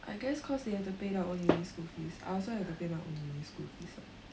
I guess cause they have to pay their own uni school fees I also have to pay my own uni school fees what